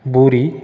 puri